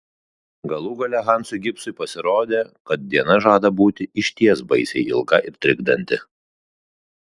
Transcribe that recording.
galų gale hansui gibsui pasirodė kad diena žada būti išties baisiai ilga ir trikdanti